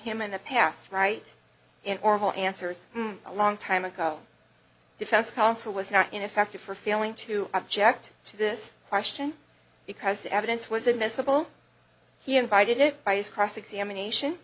him in the past right and horrible answers a long time ago defense counsel was not ineffective for failing to object to this question because the evidence was admissible he invited it by his cross examination